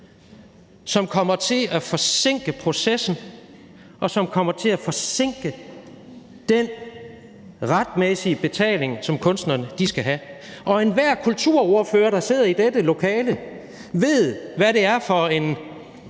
som kommer til at forsinke processen, og som kommer til at forsinke den retmæssige betaling, som kunstnerne skal have. Det vil jeg gerne sætte en hel del på højkant